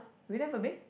we never been